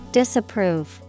disapprove